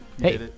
hey